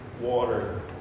water